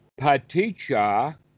paticha